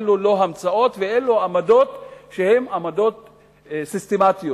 אלה לא המצאות ואלה עמדות שהן עמדות סיסטמטיות,